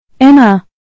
Emma